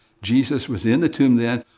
jesus was in the tomb then,